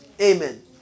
Amen